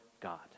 God